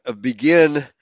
begin